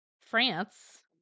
France